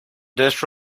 des